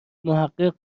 محقق